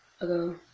ago